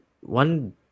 one